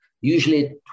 usually